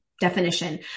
definition